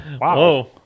wow